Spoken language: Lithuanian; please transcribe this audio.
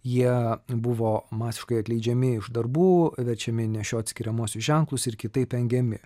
jie buvo masiškai atleidžiami iš darbų verčiami nešiot skiriamuosius ženklus ir kitaip engiami